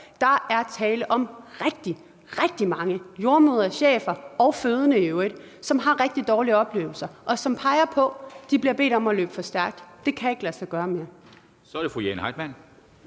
der er tale om rigtig, rigtig mange – jordemødre, chefer og fødende i øvrigt, der har rigtig dårlige oplevelser, og som peger på, at de bliver bedt om at løbe for stærkt. Det kan ikke lade sig gøre mere.